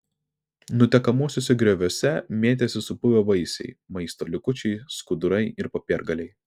nutekamuosiuose grioviuose mėtėsi supuvę vaisiai maisto likučiai skudurai ir popiergaliai